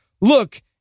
look